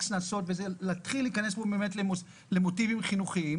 הקנסות ולהתחיל להיכנס למוטיבים חינוכיים